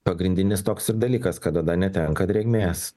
pagrindinis toks ir dalykas kad oda netenka drėgmės